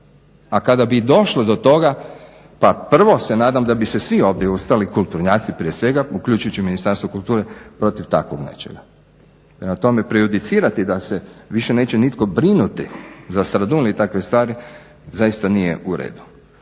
a kada bi došlo do toga, pa prvo se nadam da bi se svi ovdje ustali, kulturnjaci prije svega, uključujući Ministarstvo kulture protiv takvog nečega. Prema tome, prejudicirati da se više neće nitko brinuti za Stradun i takve stvari, zaista nije u redu.